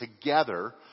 together